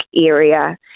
area